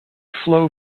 follow